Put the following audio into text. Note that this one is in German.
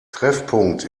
treffpunkt